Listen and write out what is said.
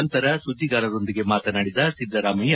ನಂತರ ಸುದ್ದಿಗಾರರೊಂದಿಗೆ ಮಾತನಾಡಿದ ಸಿದ್ದರಾಮಯ್ಯ